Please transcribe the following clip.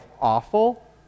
awful